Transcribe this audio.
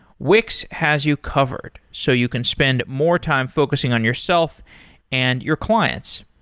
wix has you covered, so you can spend more time focusing on yourself and your clients.